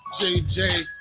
JJ